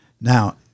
Now